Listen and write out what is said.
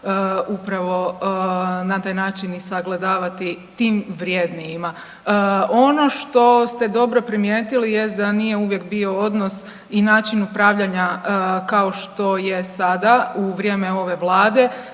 upravo na taj način i sagledavati tim vrjednijima. Ono što ste dobro primijetili jest da nije uvijek bio odnos i način upravljanja kao što je sada u vrijeme ove vlade.